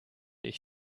ich